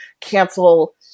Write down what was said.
cancel